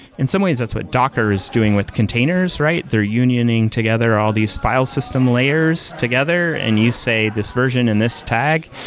in some ways, that's what docker is doing with containers, right? they're unioning together all these file system layers together and you say this version in this tag.